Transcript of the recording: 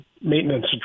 maintenance